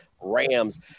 RAMs